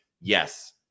yes